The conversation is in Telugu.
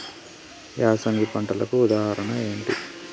యాసంగి పంటలకు ఉదాహరణ ఏంటి?